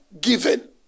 given